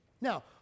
Now